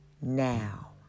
now